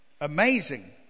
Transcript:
Amazing